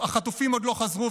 החטופים עוד לא חזרו,